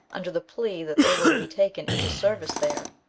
under the plea that they were to be taken into service there,